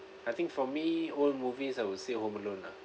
I think for me old movies I would say home alone lah